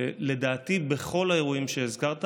לדעתי בכל האירועים שהזכרת,